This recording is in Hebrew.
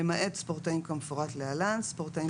למעט ספורטאים כמפורט להלן: (1)ספורטאים